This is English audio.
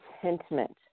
contentment